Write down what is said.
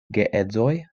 geedzoj